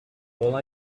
all